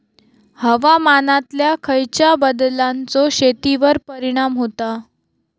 हवामानातल्या खयच्या बदलांचो शेतीवर परिणाम होता?